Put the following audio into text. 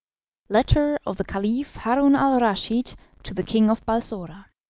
letter of the caliph haroun-al-raschid to the king of balsora.